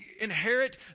inherit